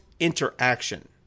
interaction